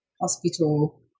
Hospital